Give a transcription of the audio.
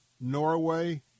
Norway